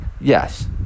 Yes